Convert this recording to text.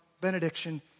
benediction